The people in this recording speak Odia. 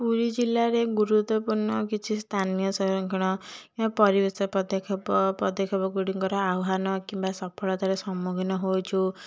ପୁରୀ ଜିଲ୍ଲାରେ ଗୁରୁତ୍ୱପୂର୍ଣ୍ଣ କିଛି ସ୍ଥାନୀୟ ସଂରକ୍ଷଣ ୟା ପରିବେଶ ପଦକ୍ଷେପ ପଦକ୍ଷେପ ଗୁଡ଼ିକର ଆହ୍ୱାନ କିମ୍ବା ସଫଳତାର ସମ୍ମୁଖୀନ ହୋଇଛୁ